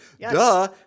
Duh